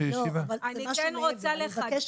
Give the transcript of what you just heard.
כן רוצה לחדד.